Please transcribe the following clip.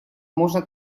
можно